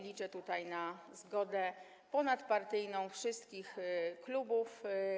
Liczę tutaj na zgodę ponadpartyjną wszystkich klubów.